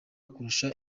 kurusha